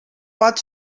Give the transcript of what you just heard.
pot